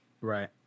Right